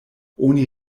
oni